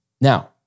Now